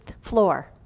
floor